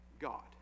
God